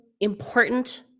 important